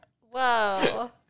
Whoa